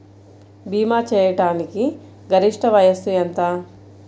భీమా చేయాటానికి గరిష్ట వయస్సు ఎంత?